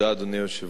אדוני היושב-ראש,